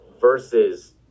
versus